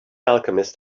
alchemist